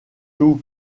two